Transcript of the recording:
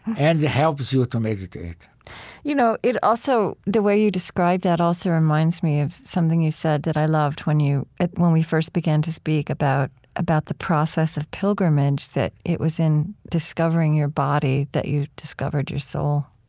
and it helps you to meditate you know it also the way you describe that also reminds me of something you said that i loved when you when we first began to speak about about the process of pilgrimage, that it was in discovering your body that you discovered your soul